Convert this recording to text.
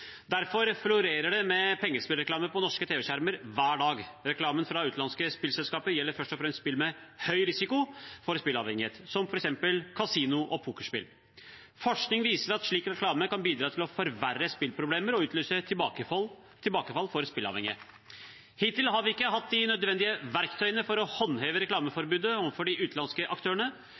Derfor florerer det med pengespillreklame på norske tv-skjermer hver dag. Reklamen fra utenlandske spillselskaper gjelder først og fremst spill med høy risiko for spilleavhengighet, som f.eks. kasino- og pokerspill. Forskning viser at slik reklame kan bidra til å forverre spilleproblemer og utløse tilbakefall for spilleavhengige. Hittil har vi ikke hatt de nødvendige verktøyene for å håndheve reklameforbudet overfor de utenlandske aktørene,